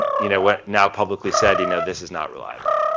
you know, but now publicly said, you know this is not reliable.